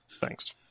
thanks